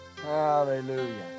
hallelujah